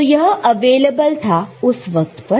तो यह अवेलेबल था उस वक्त पर